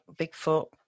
Bigfoot